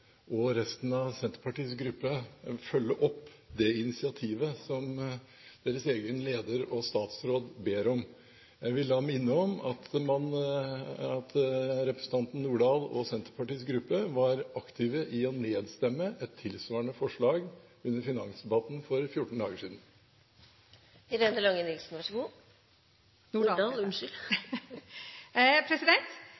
og resten av Senterpartiets gruppe følge opp det initiativet som deres egen leder, statsråd Navarsete, ber om? Jeg vil minne om at representanten Lange Nordahl og Senterpartiets gruppe var aktive i å nedstemme et tilsvarende forslag under finansdebatten for 14 dager siden.